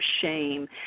shame